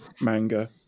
manga